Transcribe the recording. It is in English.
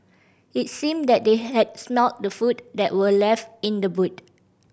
it seemed that they had smelt the food that were left in the boot